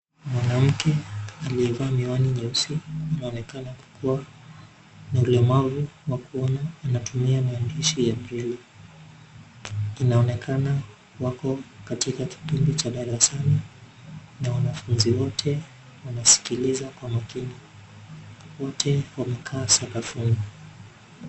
Mwanamke aliyevaa miwani nyeusi anonekana kukuwa na ulemavu wa kuona anatumia maandishi braille inaonekana wako katika kipindi cha darasani na wanafunzi wote wanasikiliza kwa makini wote wamekaa sakafuni.